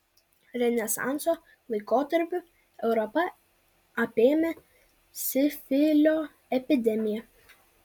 renesanso laikotarpiu europą apėmė sifilio epidemija